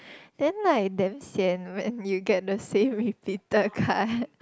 then like damn sian when you get the same repeated card